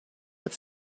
what